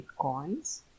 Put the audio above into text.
bitcoins